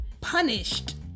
punished